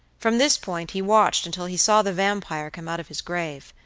from this point he watched until he saw the vampire come out of his grave,